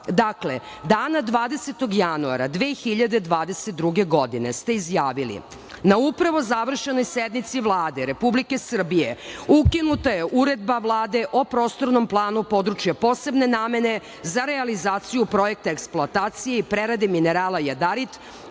Dakle, dana 20. januara 2022. godine ste izjavili - Na upravo završenoj sednici Vlade Republike Srbije ukinuta je uredba Vlade o prostornom planu područja posebne namene za realizaciju projekta eksploatacije i prerade minerala jadarit